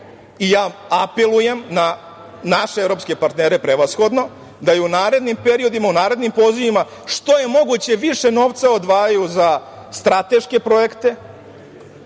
apelujem na naše evropske partnere prevashodno, da i u narednim periodima, u narednim pozivima što je moguće više novca odvajaju za strateške projekte